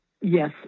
Yes